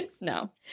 no